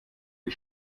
die